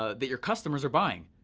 ah that your customers are buying,